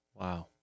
Wow